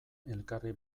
elkarri